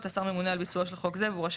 השר רשאי